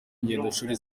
ingendoshuri